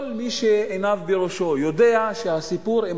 כל מי שעיניו בראשו יודע שהסיפור עם